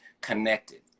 connected